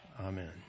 Amen